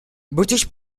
british